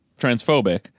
transphobic